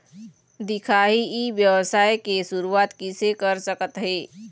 दिखाही ई व्यवसाय के शुरुआत किसे कर सकत हे?